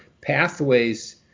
pathways